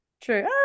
True